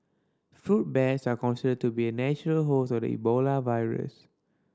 fruit bats are considered to be the natural host of the Ebola virus